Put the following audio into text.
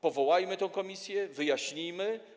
Powołajmy tę komisję, wyjaśnijmy.